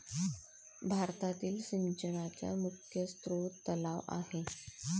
भारतातील सिंचनाचा मुख्य स्रोत तलाव आहे